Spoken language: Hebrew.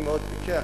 אני מאוד פיקח,